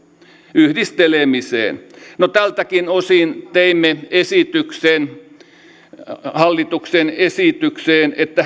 yhdistelemiseen no tältäkin osin teimme esityksen hallituksen esitykseen että